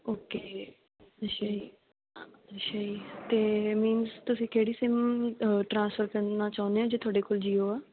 okay ਜੀ ਅੱਛਾ ਜੀ ਅੱਛਾ ਜੀ ਅਤੇ ਮੀਨਸ ਤੁਸੀਂ ਕਿਹੜੀ ਸਿਮ ਟਰਾਂਸਫਰ ਕਰਨਾ ਚਾਹੁੰਦੇ ਹੋ ਜੇ ਤੁਹਾਡੇ ਕੋਲ ਜੀਓ ਆ